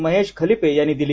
महेश खलिपे यांनी दिली